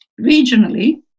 regionally